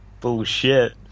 Bullshit